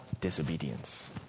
disobedience